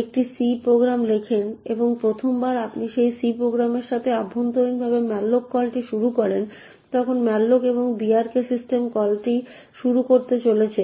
একটি C program লেখেন এবং 1ম বার আপনি সেই সি প্রোগ্রামের সাথে অভ্যন্তরীণভাবে ম্যালোক কলটি শুরু করেন তখন malloc একটি brk সিস্টেম কলটি শুরু করতে চলেছে